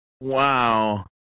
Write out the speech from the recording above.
Wow